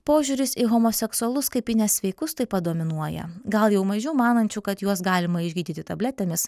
požiūris į homoseksualus kaip į nesveikus taip pat dominuoja gal jau mažiau manančių kad juos galima išgydyti tabletėmis